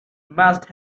must